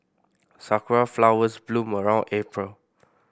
sakura flowers bloom around April